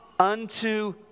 unto